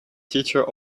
teacher